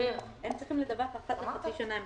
הם צריכים לדווח על חוק אזורי עדיפות לאומית אחת לחצי שנה.